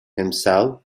himself